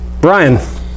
Brian